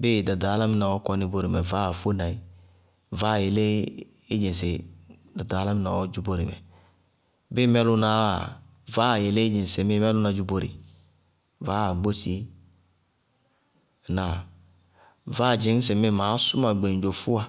bíɩ ɖaɖa álámɩná wɛ ɔɔ kɔní bóre mɛ vaáa fóéna í, vaáa yelé í dzɩŋ sɩ ɖaɖa álámɩná wɛ ɔɔ dzʋ bóre mɛ, bíɩ mɛlʋnáá yáa, vaáa yelé í dzɩŋ sɩ mɛlʋná dzʋ bóre, vaáa gbósi. Ŋnáa? Vaáa dzɩñ sɩŋmíɩ maá sʋ ma gbeŋdzo fʋwa.